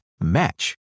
match